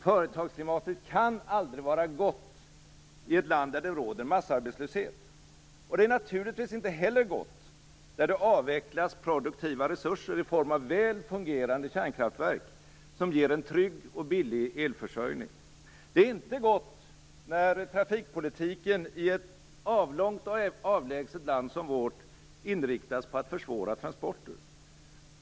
Företagsklimatet kan aldrig vara gott i ett land där det råder massarbetslöshet. Det är naturligtvis inte heller gott där det avvecklas produktiva resurser i form av väl fungerande kärnkraftverk, som ger en trygg och billig elförsörjning. Det är inte gott när trafikpolitiken i ett avlångt och avlägset land som vårt inriktas på att försvåra transporter.